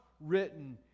written